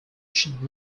should